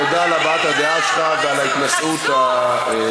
תודה על הבעת הדעה שלך ועל ההתנשאות הידועה.